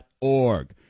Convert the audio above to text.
org